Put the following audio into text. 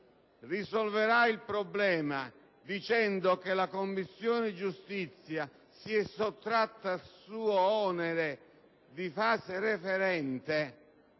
risolverà il problema dicendo che la Commissione giustizia si è sottratta al suo onere di fase referente,